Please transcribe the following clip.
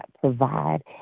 provide